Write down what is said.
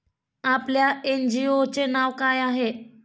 आपल्या एन.जी.ओ चे नाव काय आहे?